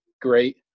great